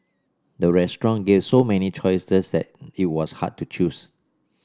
the restaurant gave so many choices that it was hard to choose